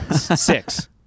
Six